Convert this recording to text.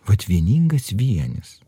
vat vieningas vienis